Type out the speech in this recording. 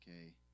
okay